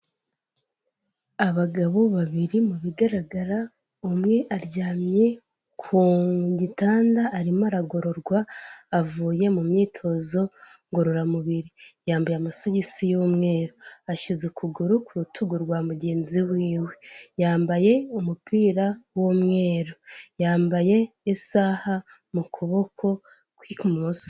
Abagabo babiri mu bigaragara umwe aryamye ku gitanda arimo aragororwa, avuye mu myitozo ngororamubiri, yambaye amasogisi y'umweru, ashyize ukuguru ku rutugu rwa mugenzi w'iwe, yambaye umupira w'umweru, yambaye isaha mu kuboko kw'ibumoso.